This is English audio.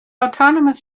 autonomous